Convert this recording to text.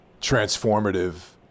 transformative